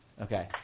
Okay